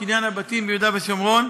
קניין הבתים ביהודה ושומרון.